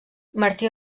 martí